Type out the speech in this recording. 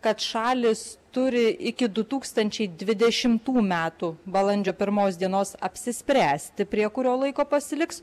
kad šalys turi iki du tūkstančiai dvidešimtų metų balandžio pirmos dienos apsispręsti prie kurio laiko pasiliks